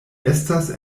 estas